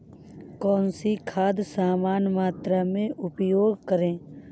कौन सी खाद समान मात्रा में प्रयोग करें?